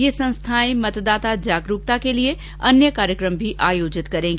ये संस्थाएं मतदाता जागरूकता के लिए अन्य कार्यकम भी आयोजित करेंगी